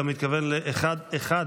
אתה מתכוון ל-1?